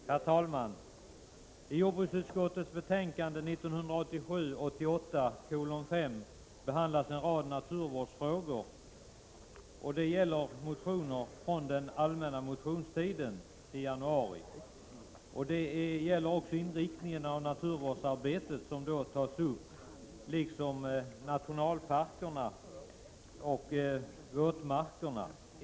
Herr talman! I jordbruksutskottets betänkande 1987/88:5 behandlas en rad naturvårdsfrågor som berörts i motioner under den allmänna motionstiden i januari. Inriktningen av naturvårdsarbetet tas upp liksom nationalparkerna och våtmarkerna.